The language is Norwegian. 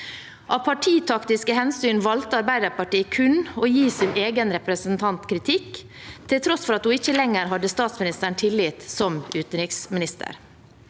Av partitaktiske hensyn valgte Arbeiderpartiet kun å gi sin egen representant kritikk, til tross for at hun ikke lenger hadde statsministerens tillit som utenriksminister.